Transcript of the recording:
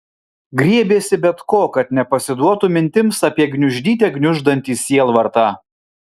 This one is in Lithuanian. griebėsi bet ko kad nepasiduotų mintims apie gniuždyte gniuždantį sielvartą